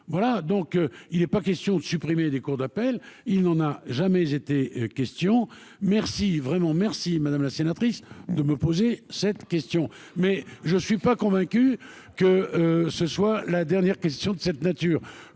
voilà donc il est pas question de supprimer des cours d'appel, il n'en a jamais été question, merci, vraiment merci madame la sénatrice de me poser cette question, mais je suis pas convaincu que ce soit la dernière question de cette nature